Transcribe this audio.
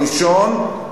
הראשון,